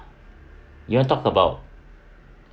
you want to talk about